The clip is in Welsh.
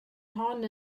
hon